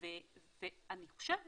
אני חושבת